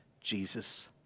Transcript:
Jesus